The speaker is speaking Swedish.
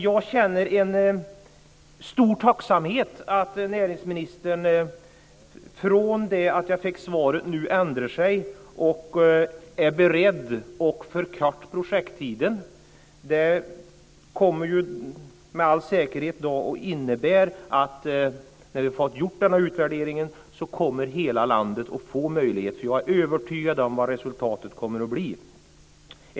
Jag känner en stor tacksamhet över att näringsministern från det att jag fick svaret nu ändrar sig och är beredd att förkorta projekttiden. Det kommer med all säkerhet att innebära att hela landet kommer att få den här möjligheten när vi har fått den här utvärderingen gjord. Jag är nämligen övertygad om vad resultatet kommer att bli.